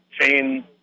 chain